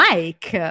Mike